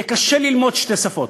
יהיה קשה ללמוד שתי שפות.